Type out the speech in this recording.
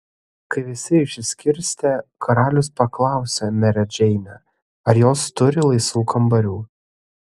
kai visi išsiskirstė karalius paklausė merę džeinę ar jos turi laisvų kambarių